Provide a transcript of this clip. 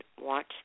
watch